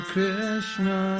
Krishna